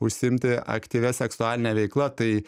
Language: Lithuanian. užsiimti aktyvia seksualine veikla tai